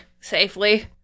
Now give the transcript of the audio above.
safely